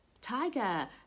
Tiger